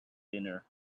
dinner